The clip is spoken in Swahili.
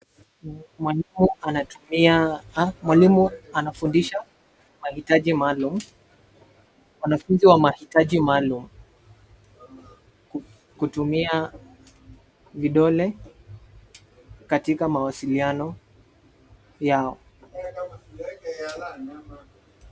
Mwalimu anatumia ah, mwalimu anafundisha mahitaji maalum, wanafunzi wa mahitaji maalum kutumia vidole katika mawasiliano yao.